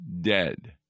dead